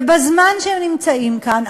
ובזמן שהם נמצאים כאן,